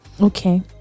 okay